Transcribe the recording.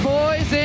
boys